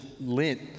lint